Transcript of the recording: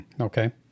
okay